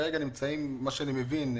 כפי שאני מבין,